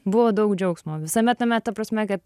buvo daug džiaugsmo visame tame ta prasme kad